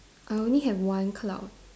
I only have one cloud